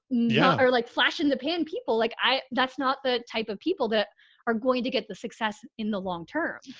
yeah are like flash in the pan. people like i, that's not the type of people that are to get the success in the long term.